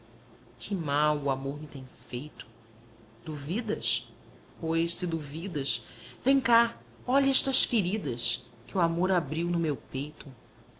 que mal o amor me tem feito duvidas pois se duvidas vem cá olha estas feridas que o amor abriu no meu peito